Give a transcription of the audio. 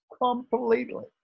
Completely